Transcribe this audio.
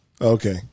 Okay